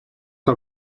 que